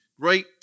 great